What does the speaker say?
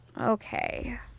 Okay